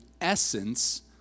essence